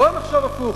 בוא נחשוב הפוך,